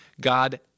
God